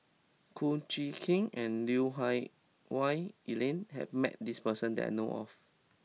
Kum Chee Kin and Lui Hah Wah Elena has met this person that I know of